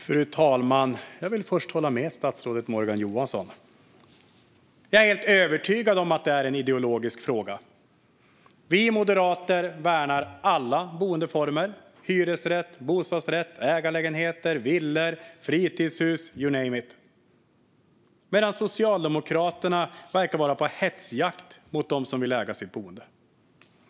Fru talman! Jag vill först hålla med statsrådet Morgan Johansson. Jag är helt övertygad om att detta är en ideologisk fråga. Vi moderater värnar alla boendeformer: hyresrätt, bostadsrätt, ägarlägenheter, villor, fritidshus - you name it. Socialdemokraterna däremot verkar vara på hetsjakt mot dem som vill äga sitt boende.